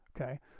Okay